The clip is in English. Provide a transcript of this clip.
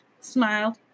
smiled